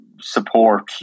support